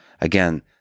Again